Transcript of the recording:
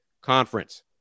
Conference